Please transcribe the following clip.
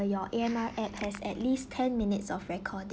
your A_M_R app has at least ten minutes of record